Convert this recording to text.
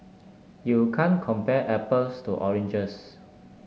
you can't compare apples to oranges